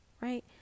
right